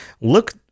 Look